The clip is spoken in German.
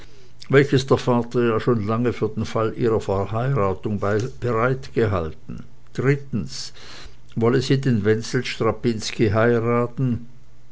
welches der vater ja schon lange für den fall ihrer verheiratung bereitgehalten drittens wolle sie den wenzel strapinski heiraten